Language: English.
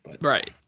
Right